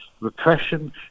repression